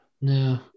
No